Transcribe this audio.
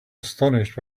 astonished